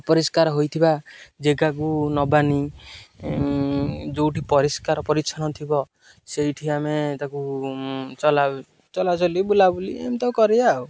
ଅପରିଷ୍କାର ହୋଇଥିବା ଜାଗାକୁ ନେବାନି ଯୋଉଠି ପରିଷ୍କାର ପରିଚ୍ଛନ୍ନ ଥିବ ସେଇଠି ଆମେ ତାକୁ ଚଲା ଚଲାଚଲି ବୁଲାବୁଲି ଏମିତି ତାକୁ କରିବା ଆଉ